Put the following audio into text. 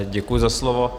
Děkuji za slovo.